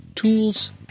...tools